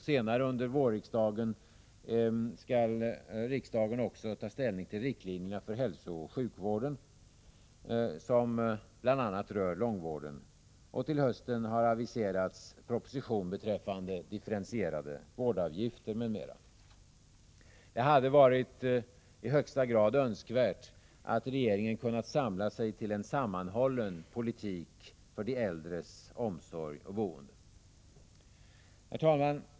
Senare under vårriksdagen skall riksdagen också ta ställning till riktlinjerna för hälsooch sjukvården, vilket bl.a. berör långvården, och till hösten har aviserats en proposition beträffande differentierade vårdavgifter m.m. Det hade varit i högsta grad önskvärt att regeringen kunnat samla sig till en sammanhållen politik för de äldres omsorg och boende. Herr talman!